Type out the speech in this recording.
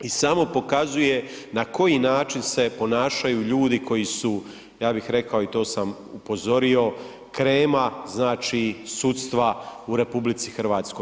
I samo pokazuje na koji način se ponašaju ljudi koji su, ja bih rekao i to sam upozorio krema znači sudstva u RH.